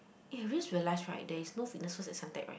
eh I just realise right there is no Fitness First at Suntec right